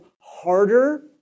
harder